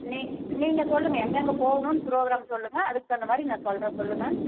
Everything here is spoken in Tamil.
நீ நீங்கள் சொல்லுங்கள் எங்கெங்க போகணுன்னு ப்ரோக்ராம் சொல்லுங்கள் அதுக்கு தகுந்த மாதிரி நான் சொல்லுறேன் சொல்லுங்கள்